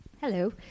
Hello